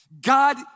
God